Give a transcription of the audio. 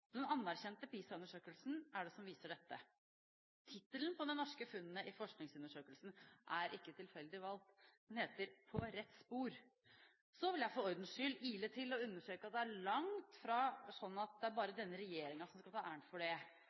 Den anerkjente PISA-undersøkelsen er det som viser dette. Tittelen på de norske funnene i forskningsundersøkelsen er ikke tilfeldig valgt. Den heter «På rett spor». Så vil jeg for ordens skyld ile til og understreke at det langt fra er bare denne regjeringen som skal ta æren for det.